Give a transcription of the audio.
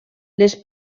les